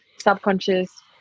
subconscious